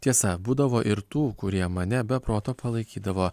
tiesa būdavo ir tų kurie mane be proto palaikydavo